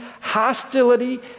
hostility